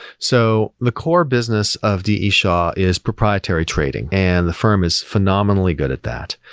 so the core business of d e. shaw is proprietary trading, and the firm is phenomenally good at that,